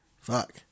Fuck